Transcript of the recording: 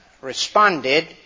responded